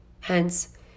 Hence